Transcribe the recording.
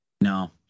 No